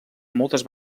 moltes